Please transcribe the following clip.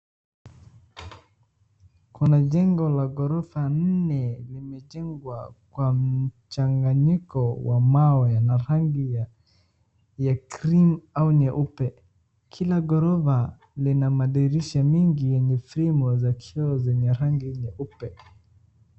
Kuna jengo la ghorofa nne limejengwa kwa mchanganyiko wa mawe na rangi ya cream au nyeupe. Kila ghorofa lina madirisha mingi yenye fremu za kioo zenye rangi nyeupe.